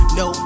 no